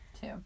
two